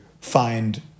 find